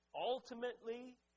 ultimately